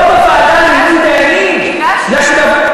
לא לוועדה למינוי דיינים, הגשנו.